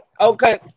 Okay